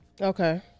Okay